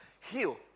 heal